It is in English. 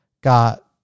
got